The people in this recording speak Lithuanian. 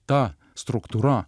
ta struktūra